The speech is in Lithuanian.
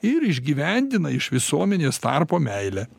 ir įgyvendina iš visuomenės tarpo meilę